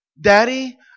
Daddy